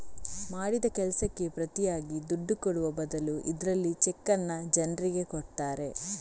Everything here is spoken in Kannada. ಮಾಡಿದ ಕೆಲಸಕ್ಕೆ ಪ್ರತಿಯಾಗಿ ದುಡ್ಡು ಕೊಡುವ ಬದಲು ಇದ್ರಲ್ಲಿ ಚೆಕ್ಕನ್ನ ಜನ್ರಿಗೆ ಕೊಡ್ತಾರೆ